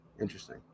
Interesting